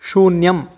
शून्यम्